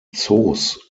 zoos